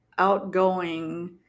outgoing